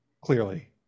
clearly